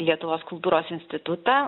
lietuvos kultūros institutą